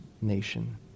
nation